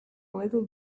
little